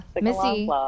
Missy